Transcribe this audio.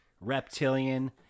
reptilian